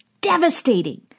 devastating